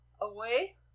away